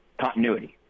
continuity